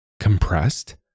Compressed